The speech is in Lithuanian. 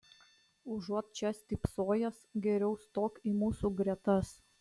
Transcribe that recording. užuot čia stypsojęs geriau stok į mūsų gretas